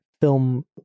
film